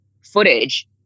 footage